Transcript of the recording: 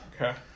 okay